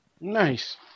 Nice